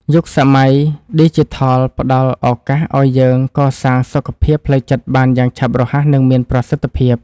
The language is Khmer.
យុគសម័យឌីជីថលផ្តល់ឱកាសឱ្យយើងកសាងសុខភាពផ្លូវចិត្តបានយ៉ាងឆាប់រហ័ស និង មានប្រសិទ្ធភាព។